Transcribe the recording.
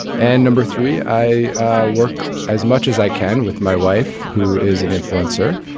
and number three i work as much as i can with my wife who is an influencer.